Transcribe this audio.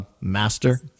Master